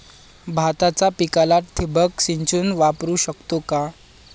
भाताच्या पिकाला ठिबक सिंचन वापरू शकतो का?